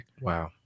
Wow